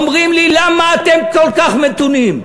אומרים לי: למה אתם כל כך מתונים.